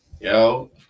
Yo